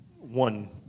one